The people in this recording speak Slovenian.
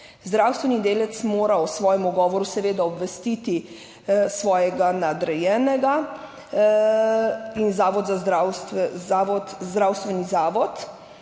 Zdravstveni delavec mora o svojem govoru seveda obvestiti svojega nadrejenega in zdravstveni zavod